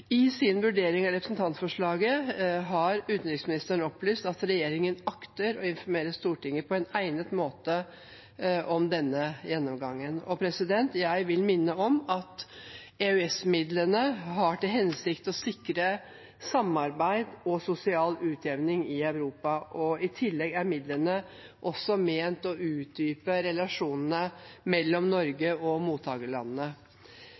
I sin vurdering av representantforslaget har utenriksministeren opplyst at regjeringen akter å informere Stortinget på en egnet måte om denne gjennomgangen. Jeg vil minne om at EØS-midlene har til hensikt å sikre samarbeid og sosial utjevning i Europa, og i tillegg er midlene også ment å utdype relasjonene mellom